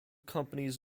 companies